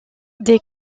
dès